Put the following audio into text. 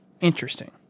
Interesting